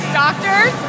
doctors